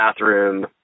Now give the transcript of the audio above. bathroom